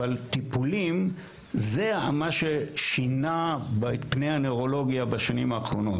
אבל טיפולים זה מה ששינה את פני הנוירולוגיה בשנים האחרונות.